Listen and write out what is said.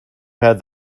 had